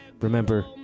Remember